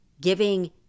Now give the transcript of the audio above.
giving